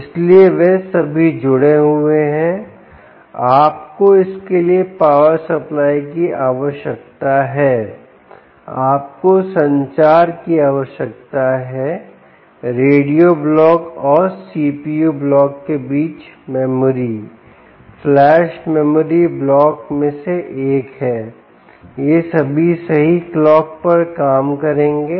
इसलिएवे सभी जुड़े हुए हैं आपको इसके लिए पावर सप्लाई की आवश्यकता है आपको संचार की आवश्यकता है रेडियो ब्लॉक और सीपीयू ब्लॉक के बीच मेमोरी फ्लैश मेमोरी ब्लॉक में से एक है ये सभी सही क्लॉक पर काम करेंगे